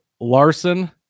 Larson